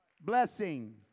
Blessing